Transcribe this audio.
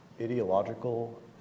ideological